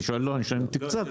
לא, אני שואל אם תקצבתם.